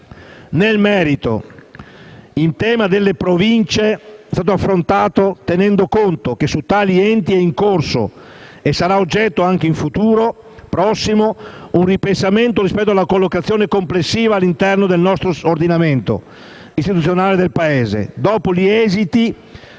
Nel merito, il tema delle Province è stato affrontato tenendo conto che su tali enti è in corso, e sarà oggetto anche nel futuro prossimo, un ripensamento rispetto alla loro collocazione complessiva all'interno dell'ordinamento istituzionale del Paese dopo gli esiti